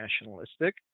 nationalistic